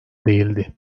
değildi